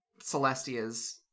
Celestia's